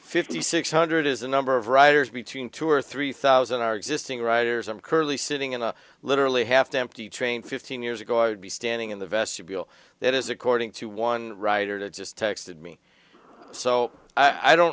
fifty six hundred is a number of writers between two or three thousand are existing writers i'm currently sitting in a literally half empty train fifteen years ago i would be standing in the vestibule that is according to one writer that just texted me so i don't